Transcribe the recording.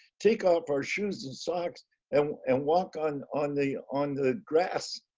take off our shoes and socks and and walk on on the on the grass.